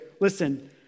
listen